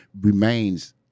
remains